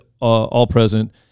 all-present